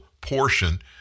portion